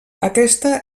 aquesta